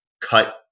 cut